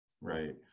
Right